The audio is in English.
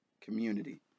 community